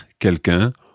quelqu'un